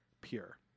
pure